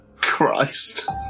Christ